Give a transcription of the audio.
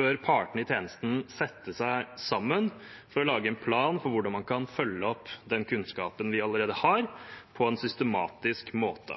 bør partene i tjenesten sette seg sammen for å lage en plan for hvordan man kan følge opp den kunnskapen vi allerede har, på en systematisk måte,